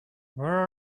where